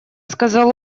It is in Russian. сказал